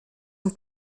een